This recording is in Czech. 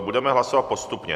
Budeme hlasovat postupně.